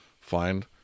find